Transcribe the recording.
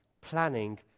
planning